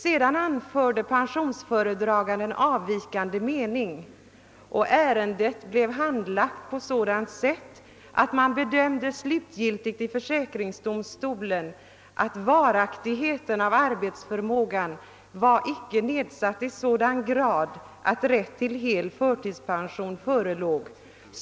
Sedan anförde pensionsföredraganden avvikande mening, och ärendet blev handlagt på sådant sätt att försäkringsdomstolen slutgiltigt avgjorde, att arbetsförmågan icke var nedsatt i sådan grad att rätt till hel förtidspension förelåg.